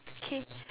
K